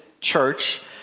church